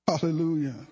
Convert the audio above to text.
Hallelujah